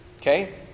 okay